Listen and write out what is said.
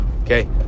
Okay